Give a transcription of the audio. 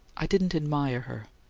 i didn't admire her.